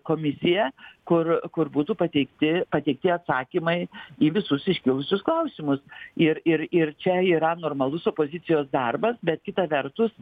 komisiją kur kur būtų pateikti pateikti atsakymai į visus iškilusius klausimus ir ir ir čia yra normalus opozicijos darbas bet kita vertus